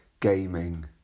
gaming